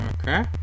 Okay